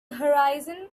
horizon